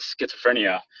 schizophrenia